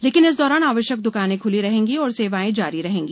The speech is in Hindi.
लेकिन इस दौरान आवश्यक दुकानें खुली रहेंगी और सेवायें जारी रहेंगी